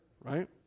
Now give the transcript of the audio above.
right